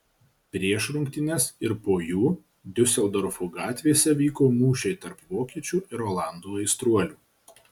prieš rungtynes ir po jų diuseldorfo gatvėse vyko mūšiai tarp vokiečių ir olandų aistruolių